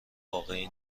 واقعی